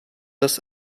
des